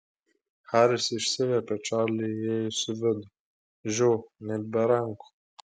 haris išsiviepė čarliui įėjus į vidų žiū net be rankų